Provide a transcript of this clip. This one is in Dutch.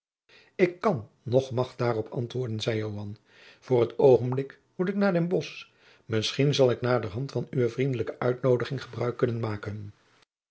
ik kan noch mag daarop antwoorden zeide joan voor t oogenblik moet ik naar den bosch misschien zal ik naderhand van uwe vriendelijke uitnoodiging gebruik kunnen maken